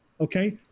Okay